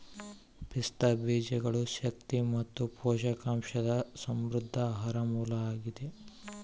ಪಿಸ್ತಾ ಬೀಜಗಳು ಶಕ್ತಿ ಮತ್ತು ಪೋಷಕಾಂಶದ ಸಮೃದ್ಧ ಆಹಾರ ಮೂಲ ಆಗಿದೆ